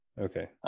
Okay